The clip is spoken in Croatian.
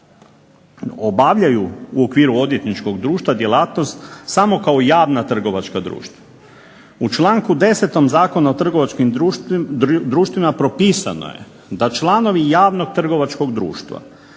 obavljaju u okviru odvjetničkog društva djelatnost samo kao javna trgovačka društva. U članku 10. Zakona o trgovačkim društvima propisano je da članovi javnog trgovačkog društva